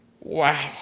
wow